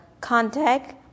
contact